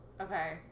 Okay